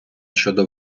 щодо